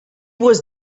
was